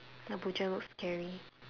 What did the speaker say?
the butcher looks scary